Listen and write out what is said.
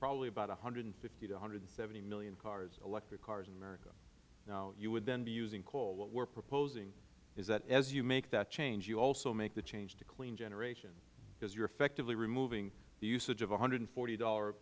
probably about one hundred and fifty to one hundred and seventy million electric cars in america now you would then be using coal what we are proposing is that as you make that change you also make the change to clean generation because you are effectively removing the usage of one hundred and forty dollar